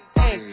hey